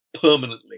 permanently